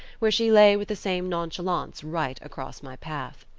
where she lay with the same nonchalance right across my path.